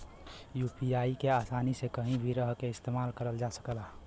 UPI के आसानी से कहीं भी रहके इस्तेमाल करल जा सकला